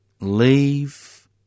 leave